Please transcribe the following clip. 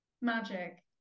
magic